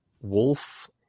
wolf